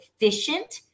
efficient